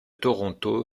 toronto